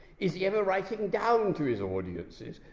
is he ever writing down to his audiences,